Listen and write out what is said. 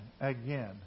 again